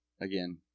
again